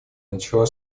начала